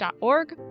org